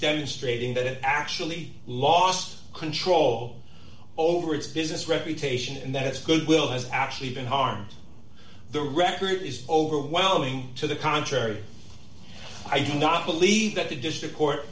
demonstrating that it actually lost control over its business reputation and that's goodwill has actually been harmed the record is overwhelming to the contrary i do not believe that the district court